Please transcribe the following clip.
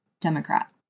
Democrat